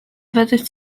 fyddet